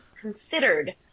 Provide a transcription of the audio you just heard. considered